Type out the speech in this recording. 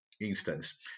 instance